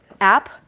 app